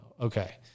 Okay